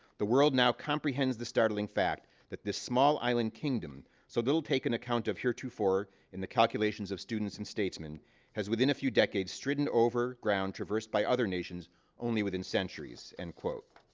the world now comprehends the startling fact that this small island kingdom so little taken account of heretofore in the calculations of students and statesman has, within a few decades, striven over ground traversed by other nations only within centuries, end quote.